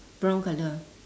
brown colour